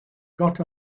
got